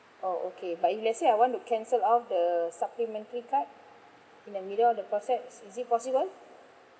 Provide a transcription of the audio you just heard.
oh okay but if let's say I want to cancel off the supplementary card in the middle of the process is it possible